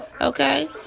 Okay